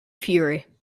fury